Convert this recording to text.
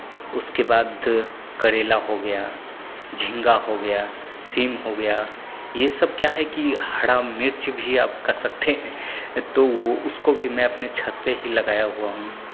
उसके बाद करेला हो गया झींगा हो गया सीम हो गया ये सब क्या है कि हरा मिर्च भी आप कह सकते हैं तो उसको भी मैं अपने छत पे ही लगाया हुआ हूँ